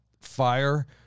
fire